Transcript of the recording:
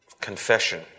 confession